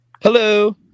Hello